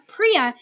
Priya